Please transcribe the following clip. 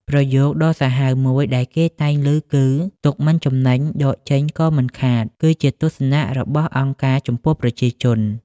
ប្រយោគដ៏សាហាវមួយដែលគេតែងឮគឺ «ទុកមិនចំណេញ ដកចេញក៏មិនខាត» គឺជាទស្សនៈរបស់អង្គការចំពោះប្រជាជន។